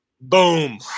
Boom